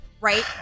right